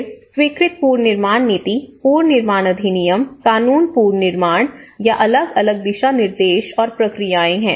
फिर स्वीकृत पुनर्निर्माण नीति पुनर्निर्माण अधिनियम कानूनन पुनर्निर्माण या अलग अलग दिशानिर्देश और प्रक्रियाएं है